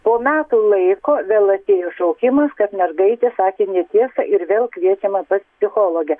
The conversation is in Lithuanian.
po metų laiko vėl atėjo šaukimas kad mergaitė sakė netiesą ir vėl kviečiama pas psichologę